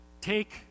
Take